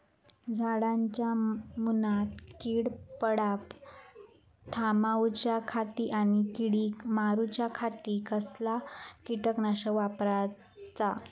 झाडांच्या मूनात कीड पडाप थामाउच्या खाती आणि किडीक मारूच्याखाती कसला किटकनाशक वापराचा?